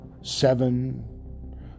Seven